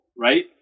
right